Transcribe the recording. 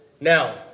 Now